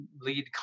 lead